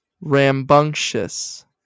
Rambunctious